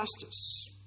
justice